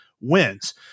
wins